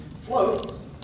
floats